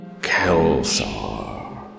Kelsar